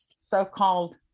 so-called